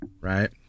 right